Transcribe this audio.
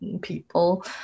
people